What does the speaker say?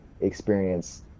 experience